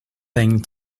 thing